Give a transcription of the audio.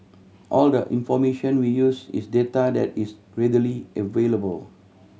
all the information we use is data that is readily available